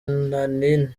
nani